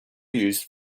used